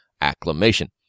acclamation